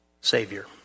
Savior